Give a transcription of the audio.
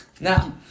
Now